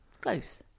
Close